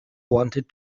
wanted